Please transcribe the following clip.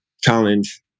challenge